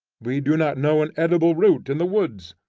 we do not know an edible root in the woods,